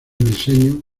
diseño